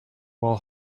while